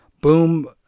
Boom